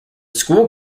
school